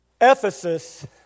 Ephesus